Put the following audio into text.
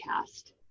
cast